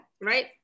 Right